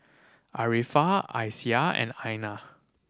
Arifa Aisyah and Aina